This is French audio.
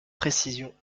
précision